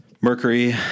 Mercury